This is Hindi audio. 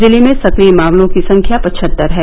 जिले में सक्रिय मामलों की संख्या पचहत्तर है